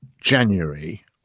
January